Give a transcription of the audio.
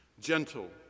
gentle